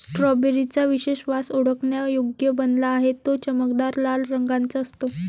strawberry चा विशेष वास ओळखण्यायोग्य बनला आहे, तो चमकदार लाल रंगाचा असतो